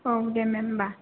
औ दे मेम होनबा